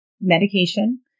medication